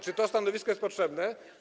Czy to stanowisko jest potrzebne?